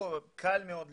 קל מאוד לוודא.